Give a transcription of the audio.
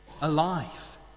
alive